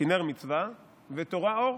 'כי נר מצווה ותורה אור'".